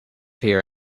here